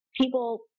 people